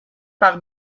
par